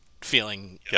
feeling